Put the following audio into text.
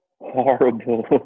horrible